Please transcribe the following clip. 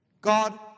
God